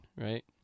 right